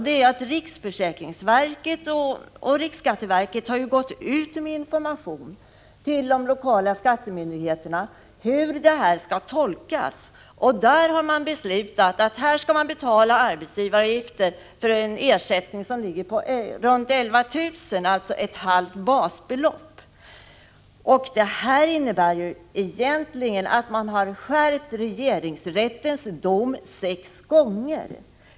Det är att riksförsäkringsverket och riksskatteverket gått ut med information till de lokala skattemyndigheterna om hur det hela skall tolkas. Där har man beslutat att arbetsgivaravgifter för spelarersättningar skall betalas på runt 11000 kr., alltså ett halvt basbelopp. Detta innebär egentligen att man skärpt beloppet enligt regeringsrättens dom sex gånger.